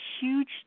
huge